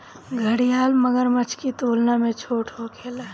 घड़ियाल मगरमच्छ की तुलना में छोट होखेले